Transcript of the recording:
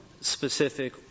specific